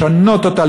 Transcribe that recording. לשנות אותה,